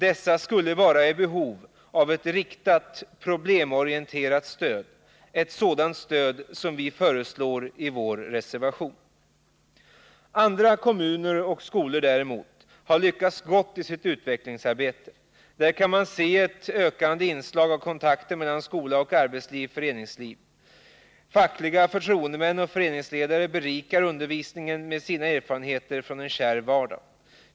Dessa skulle vara betjänta av ett riktat, problemorienterat stöd, ett sådant stöd som vi föreslår i vår reservation. Andra kommuner och skolor däremot har lyckats bra i sitt utvecklingsarbete. Där kan man se ett ökande inslag av kontakter mellan skola och arbetsliv/föreningsliv. Fackliga förtroendemän och föreningsledare berikar undervisningen med sina erfarenheter från en kärv vardag.